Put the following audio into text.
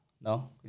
no